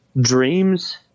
dreams